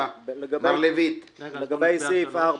לגבי סעיף 4